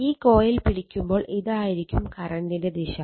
ഈ കോയിൽ പിടിക്കുമ്പോൾ ഇതായിരിക്കും കറണ്ടിന്റെ ദിശ